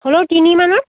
হ'লেও তিনি মানত